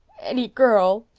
any girl.